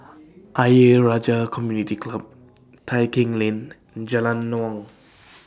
Ayer Rajah Community Club Tai Keng Lane Jalan Naung